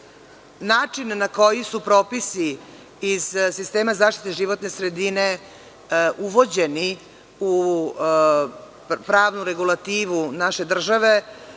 način na koji su propisi iz sistema zaštite životne sredine uvođeni u pravnu regulativu naše države